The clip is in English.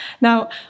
Now